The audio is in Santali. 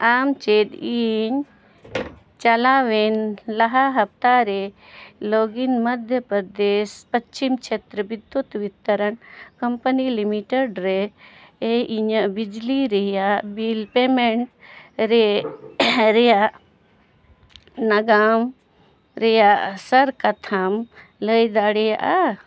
ᱟᱢ ᱪᱮᱫ ᱤᱧ ᱪᱟᱞᱟᱣᱮᱱ ᱞᱟᱦᱟ ᱦᱟᱯᱛᱟᱨᱮ ᱞᱚᱜᱽ ᱤᱱ ᱢᱚᱫᱽᱫᱷᱚ ᱯᱨᱚᱫᱮᱥ ᱯᱚᱥᱪᱤᱢ ᱪᱷᱮᱛᱨᱚ ᱵᱤᱫᱽᱫᱩᱛ ᱵᱤᱛᱚᱨᱚᱱ ᱠᱳᱢᱯᱟᱱᱤ ᱞᱤᱢᱤᱴᱮᱰ ᱨᱮ ᱤᱧᱟᱹᱜ ᱵᱤᱡᱽᱞᱤ ᱨᱮᱭᱟᱜ ᱵᱤᱞ ᱯᱮᱢᱮᱱᱴ ᱨᱮᱭᱟᱜ ᱱᱟᱜᱟᱢ ᱨᱮᱭᱟᱜ ᱥᱟᱨ ᱠᱟᱛᱷᱟᱢ ᱞᱟᱹᱭ ᱫᱟᱲᱮᱭᱟᱜᱼᱟ